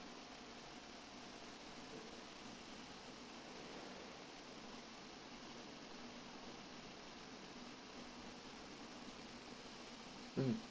mm